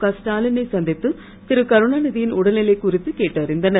கஸ்டாலினை சந்தித்து திருகருணாநிதியின் உடல்நிலை குறித்து கேட்டறிந்தனர்